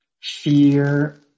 fear